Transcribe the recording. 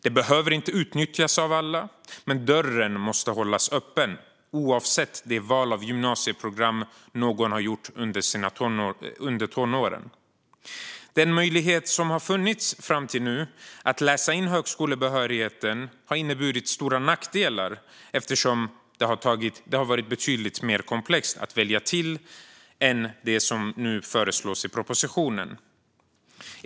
Det behöver inte utnyttjas av alla, men dörren måste hållas öppen oavsett det val av gymnasieprogram någon har gjort under tonåren. Den möjlighet som har funnits fram till nu att läsa in högskolebehörigheten har inneburit stora nackdelar, eftersom det har varit betydligt mer komplext att välja till ämnen än det som nu föreslås i propositionen.